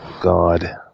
God